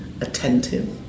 attentive